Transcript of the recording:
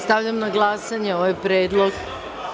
Stavljam na glasanje ovaj predlog.